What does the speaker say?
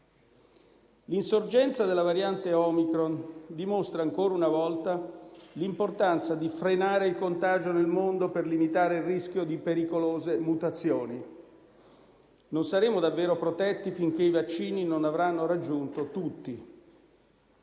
L'insorgenza della variante Omicron dimostra, ancora una volta, l'importanza di frenare il contagio nel mondo per limitare il rischio di pericolose mutazioni. Non saremo davvero protetti finché i vaccini non avranno raggiunto tutti.